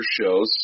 shows